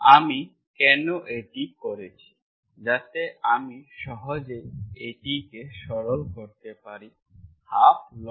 আমি কেন এটি করেছি যাতে আমি সহজেই এটি কে সরল করতে পারি 12log C